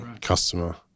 customer